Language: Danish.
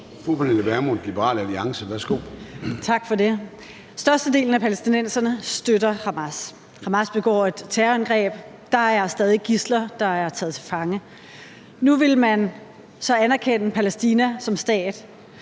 Pernille Vermund (LA): Tak for det. Størstedelen af palæstinenserne støtter Hamas. Hamas begår et terrorangreb, og der er stadig gidsler, der er taget til fange. Nu vil man så anerkende Palæstina som stat.